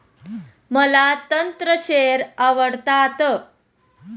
मला तंत्र शेअर आवडतात